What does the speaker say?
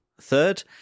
Third